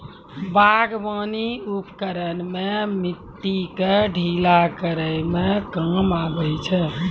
बागबानी उपकरन सें मिट्टी क ढीला करै म काम आबै छै